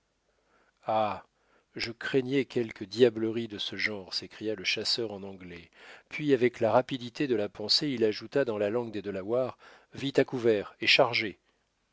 ah je craignais quelque diablerie de ce genre s'écria le chasseur en anglais puis avec la rapidité de la pensée il ajouta dans la langue des delawares vite à couvert et chargez